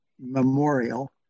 Memorial